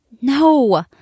No